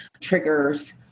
triggers